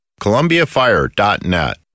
ColumbiaFire.net